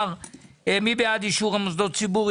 מי בעד אישור מוסדות הציבור?